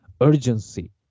urgency